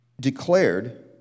declared